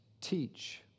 teach